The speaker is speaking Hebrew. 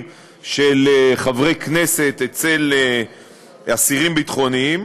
של חברי כנסת אצל אסירים ביטחוניים,